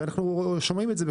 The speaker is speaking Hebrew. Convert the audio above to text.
אנחנו יודעים ושומעים על זה.